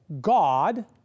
God